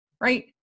right